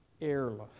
airless